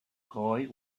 hawkeye